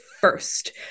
first